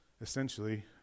essentially